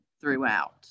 throughout